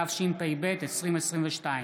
התשפ"ב 2022,